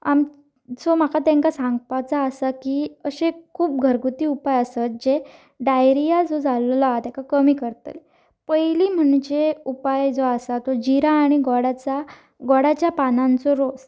आम सो म्हाका तांकां सांगपाचो आसा की अशे खूब घरगुती उपाय आसत जे डायरिया जो जाल्लो आसा ताका कमी करतली पयली म्हणजे उपाय जो आसा तो जिरा आनी गोडाच्या गोडाच्या पानांचो रोस